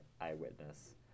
eyewitness